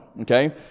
okay